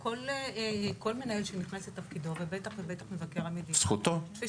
כל מנהל שנכנס לתפקידו ובטח ובטח מבקר המדינה -- תפיסת